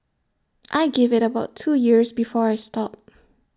I give IT about two years before I stop